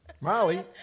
Molly